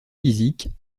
physiques